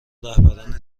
رهبران